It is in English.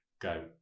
go